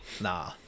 nah